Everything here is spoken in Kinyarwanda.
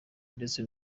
ndetse